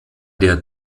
der